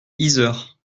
yzeure